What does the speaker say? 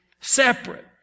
separate